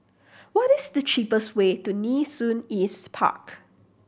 what is the cheapest way to Nee Soon East Park